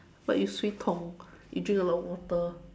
but you 水桶 you drink a lot of water